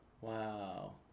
Wow